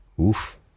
Oof